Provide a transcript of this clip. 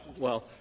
well,